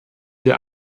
der